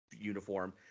Uniform